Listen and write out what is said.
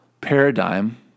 paradigm